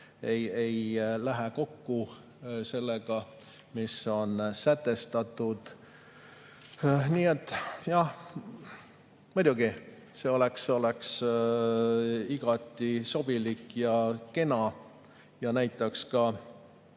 ei lähe kokku sellega, mis on sätestatud. Nii et jah, muidugi, see oleks igati sobilik ja kena ja näitaks ka